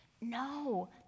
No